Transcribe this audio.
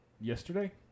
yesterday